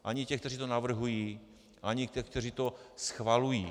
Ani těch, kteří to navrhují, ani těch, kteří to schvalují.